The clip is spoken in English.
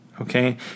okay